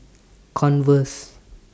Converse